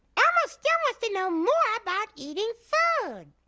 elmo still wants to know more about eating food.